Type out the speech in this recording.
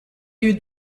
you